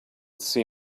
see